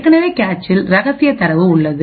ஏற்கனவேகேச்சில் ரகசிய தரவு உள்ளது